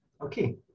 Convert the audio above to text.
okay